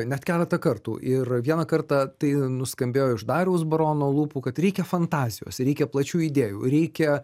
net keletą kartų ir vieną kartą tai nuskambėjo iš dariaus barono lūpų kad reikia fantazijos reikia plačių idėjų reikia